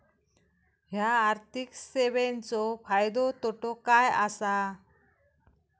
हया आर्थिक सेवेंचो फायदो तोटो काय आसा?